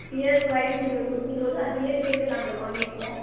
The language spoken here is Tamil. இயர்வைஸ் நீங்கள் கொடுக்கும்போது அதிலே சேர்த்து நாங்கள் வாங்கிக்குவோம்